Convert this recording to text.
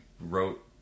wrote